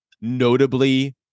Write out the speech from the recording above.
notably